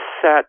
set